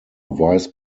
vice